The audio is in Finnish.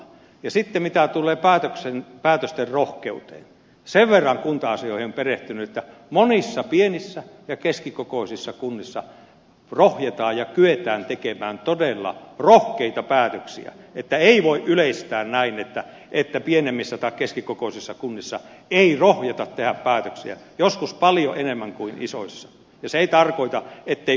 sitten mitä tulee päätösten rohkeuteen sen verran olen kunta asioihin perehtynyt että monissa pienissä ja keskikokoisissa kunnissa rohjetaan ja kyetään tekemään todella rohkeita päätöksiä että ei voi yleistää näin että pienemmissä tai keskikokoisissa kunnissa ei rohjeta tehdä päätöksiä joskus paljon enemmän kuin isoissa ja se ei tarkoita ettei kuntarakennemuutosta tarvittaisi